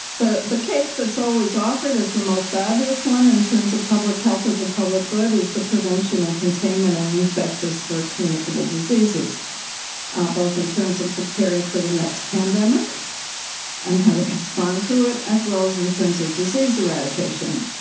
the the case that's always offered is the most obvious one in terms of public health as a public good is the prevention and containment of infectious or communicable diseases ah both in terms of preparing for the next pandemic and how to respond to it as well as in terms of disease eradication